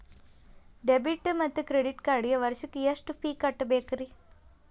Debit ಮತ್ತು credit ಕಾರ್ಡ್ಗೆ ವರ್ಷಕ್ಕ ಎಷ್ಟ ಫೇ ಕಟ್ಟಬೇಕ್ರಿ?